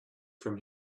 from